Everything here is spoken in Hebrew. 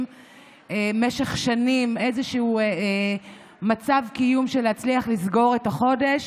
במשך שנים איזשהו מצב קיום של להצליח לסגור את החודש,